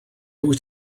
wyt